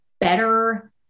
better